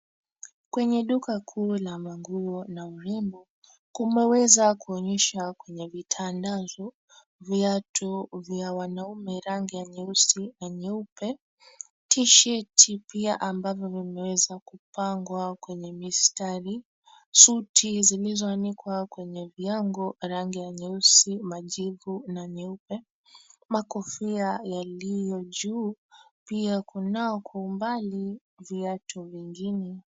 Kwenye duka kuu la manguo na urembo, kumeweza kuonyeshwa kwenye vitandazo viatu vya wanaume rangi ya nyeusi na nyeupe, tisheti pia ambavyo vimeweza kupangwa kwenye mistari, suti zilizoanikwa kwenye viango rangi ya nyeusi, majivu na nyeupe, makofia yaliyo juu. Pia kunao kwa umbali viatu vingine.